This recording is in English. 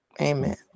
Amen